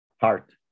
heart